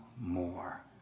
more